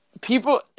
people